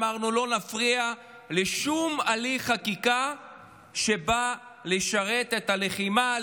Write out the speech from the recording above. אמרנו שלא נפריע לשום הליך חקיקה שבא לשרת את הלחימה,